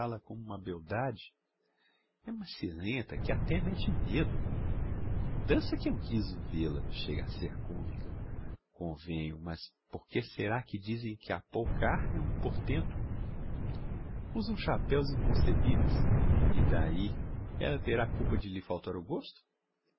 como uma beldade é macilenta que até mete medo dansa que é um riso vê-la chega a ser comica convenho mas por que será que dizem que a polkar é um portento usa uns chapeus inconcebiveis e d'ahi ella terá culpa de lhe faltar o gosto